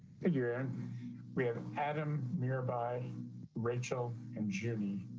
you're we have adam nearby rachel and journey.